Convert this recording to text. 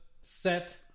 set